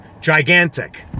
gigantic